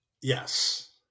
Yes